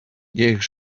niech